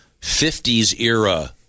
50s-era